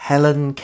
Helen